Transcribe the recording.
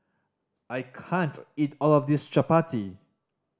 I can't eat all of this chappati